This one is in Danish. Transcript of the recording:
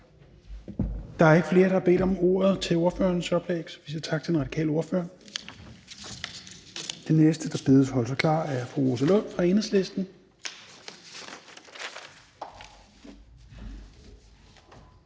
Der er ikke flere, der har bedt om ordet til ordførerens oplæg, så vi siger tak til den radikale ordfører. Den næste, der bedes holde sig klar, er fru Rosa Lund fra Enhedslisten.